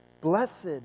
Blessed